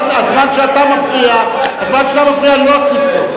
על הזמן שאתה מפריע אני לא אוסיף לו.